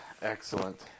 Excellent